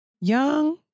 Young